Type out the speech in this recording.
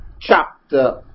chapter